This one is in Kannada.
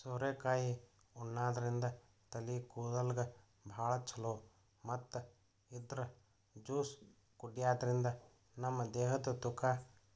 ಸೋರೆಕಾಯಿ ಉಣಾದ್ರಿನ್ದ ತಲಿ ಕೂದಲ್ಗ್ ಭಾಳ್ ಛಲೋ ಮತ್ತ್ ಇದ್ರ್ ಜ್ಯೂಸ್ ಕುಡ್ಯಾದ್ರಿನ್ದ ನಮ ದೇಹದ್ ತೂಕ